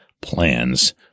plans